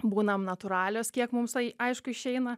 būnam natūralios kiek mums tai aišku išeina